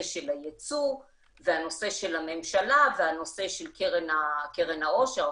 של היצוא והנושא של הממשלה והנושא של קרן העושר,